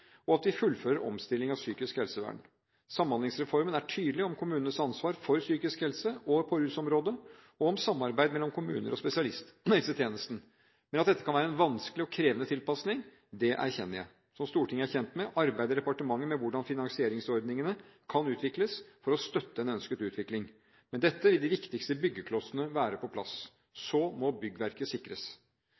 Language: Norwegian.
og at vi fullfører omstillingen av psykisk helsevern. Samhandlingsreformen er tydelig når det gjelder kommunenes ansvar for psykisk helse og rusområdet og samarbeid mellom kommuner og spesialisthelsetjenesten, men at dette kan være en vanskelig og krevende tilpasning, erkjenner jeg. Som Stortinget er kjent med, arbeider departementet med hvordan finansieringsordningene kan utvikles for å støtte en ønsket utvikling. Med dette vil de viktigste byggeklossene være på plass. Så må byggverket sikres.